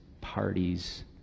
parties